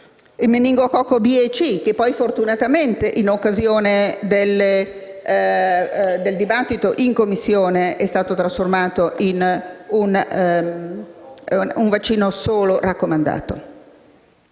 anti-meningococco B e C, che poi fortunatamente, in occasione del dibattito in Commissione, sono stati trasformati in vaccini solo raccomandati?